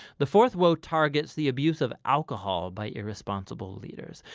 the fourth woe targets the abuse of alcohol by irresponsible leaders.